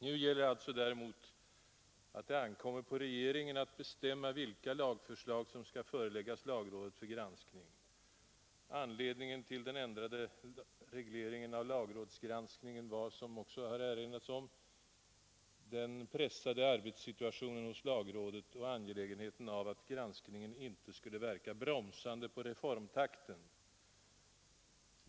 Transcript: Nu gäller alltså däremot att det ankommer på regeringen att bestämma vilka lagförslag som skall föreläggas lagrådet för granskning. Anledningen till den ändrade regleringen av lagrådsgranskningen var, som också redan erinrats om, den pressade arbetssituationen hos lagrådet och angelägenheten av att granskningen inte skulle verka bromsande på reformtakten.